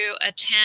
attend